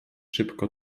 szybko